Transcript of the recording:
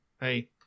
hey